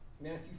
Matthew